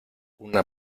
una